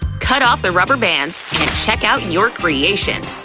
cut off the rubber bands, and check out your creation!